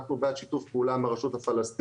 אנחנו בעד שיתוף פעולה עם הרשות הפלסטינית,